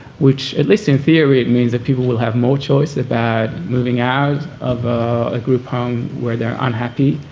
which at least in theory it means that people will have more choice about moving out of a group home where they're unhappy,